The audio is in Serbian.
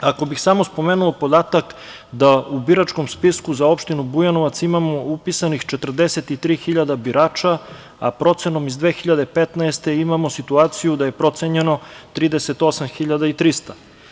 Ako bih samo spomenuo podatak da u biračkom spisku za opštinu Bujanovac imamo upisanih 43.000 birača, a procenom iz 2015. godine imamo situaciju da je procenjeno 38.300.